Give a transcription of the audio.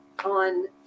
on